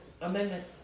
Amendment